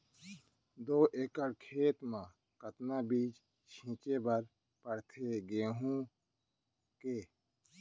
दो एकड़ खेत म कतना बीज छिंचे बर पड़थे गेहूँ के?